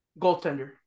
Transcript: goaltender